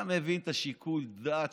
אתה מבין את שיקול הדעת?